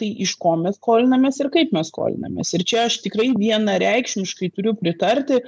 tai iš ko mes skolinamės ir kaip mes skolinamės ir čia aš tikrai vienareikšmiškai turiu pritarti